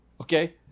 okay